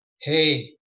Hey